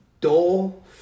Dole